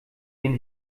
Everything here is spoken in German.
den